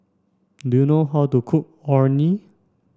do you know how to cook Orh Nee